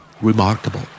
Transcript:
Remarkable